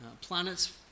planets